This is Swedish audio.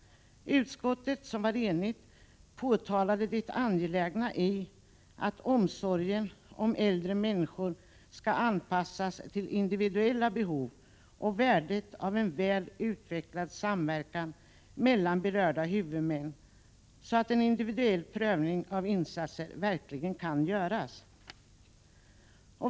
Utskottet, som var enigt, påtalade det angelägna i att omsorgen om äldre människor anpassas till individuella behov och värdet av en väl utvecklad samverkan mellan berörda huvudmän, så att en individuell prövning av insatser verkligen kan göras.